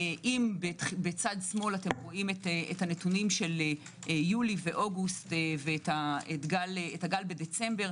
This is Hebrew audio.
בצד שמאל רואים את הנתונים של יולי ואוגוסט ואת הגל בדצמבר,